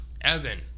Evan